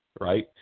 right